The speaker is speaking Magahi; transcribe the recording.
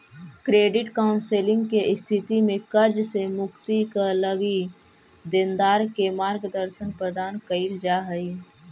क्रेडिट काउंसलिंग के स्थिति में कर्ज से मुक्ति क लगी देनदार के मार्गदर्शन प्रदान कईल जा हई